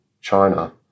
China